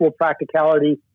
practicality